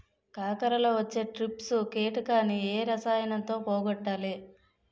కాకరలో వచ్చే ట్రిప్స్ కిటకని ఏ రసాయనంతో పోగొట్టాలి?